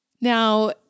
Now